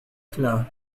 klein